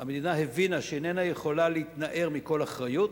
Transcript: המדינה הבינה שהיא איננה יכולה להתנער מכל אחריות,